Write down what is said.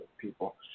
people